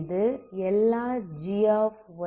இது எல்லா g க்கும் ட்ரு கிடையாது